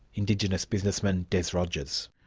indigenous businessman des rogers.